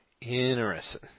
Interesting